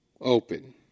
Open